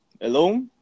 Hello